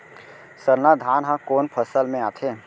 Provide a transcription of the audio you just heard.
सरना धान ह कोन फसल में आथे?